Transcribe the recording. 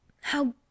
How—